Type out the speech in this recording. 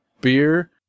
beer